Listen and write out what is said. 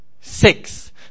Six